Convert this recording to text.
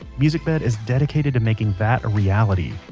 musicbed is dedicated to making that a reality.